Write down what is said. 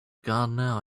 gardener